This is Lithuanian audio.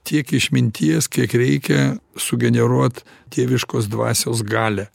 tiek išminties kiek reikia sugeneruot dieviškos dvasios galią